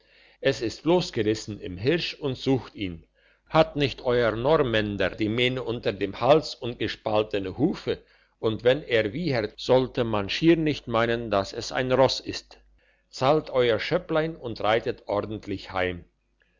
es ist losgerissen im hirsch und sucht ihn hat nicht euer normänder die mähnen unten am hals und gespaltene hufe und wenn er wiehert sollte man schier nicht meinen dass es ein ross ist zahlt euer schöpplein und reitet ordentlich heim